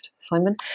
Simon